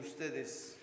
ustedes